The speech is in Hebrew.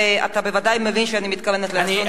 אתה בוודאי מבין שאני מתכוונת לאסון צ'רנוביל.